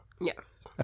Yes